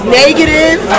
negative